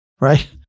Right